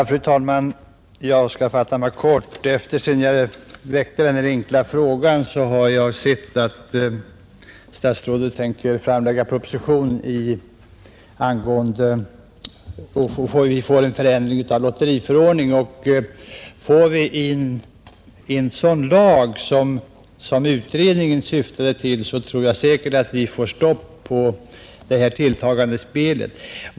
Fru talman! Jag skall fatta mig kort. Efter det att jag framställt denna enkla fråga har jag sett att statsrådet tänker lägga fram en proposition om ändring av lotteriförordningen, och jag tror att om det blir en sådan bestämmelse som lotteriutredningen syftat till, så får vi stopp på det tilltagande spelet.